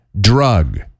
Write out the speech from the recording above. drug